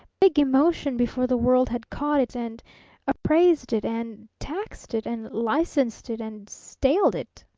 big emotion before the world had caught it and appraised it and taxed it and licensed it and staled it!